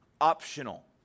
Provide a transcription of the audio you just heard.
optional